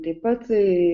taip pat tai